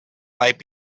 might